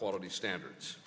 quality standards